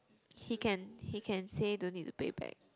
he can he can say don't need to pay back